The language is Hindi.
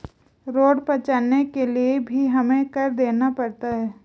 रोड पर चलने के लिए भी हमें कर देना पड़ता है